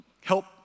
help